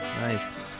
nice